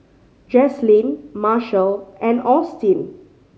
Jaslyn Marshall and Austin